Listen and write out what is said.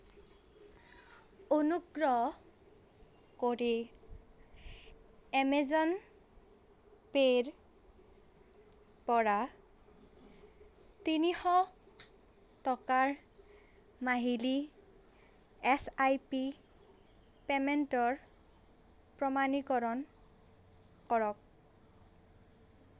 অনুগ্ৰহ কৰি এমেজন পে'ৰ পৰা তিনিশ টকাৰ মাহিলী এছ আই পি পে'মেণ্টৰ প্ৰমাণীকৰণ কৰক